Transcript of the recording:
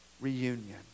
reunion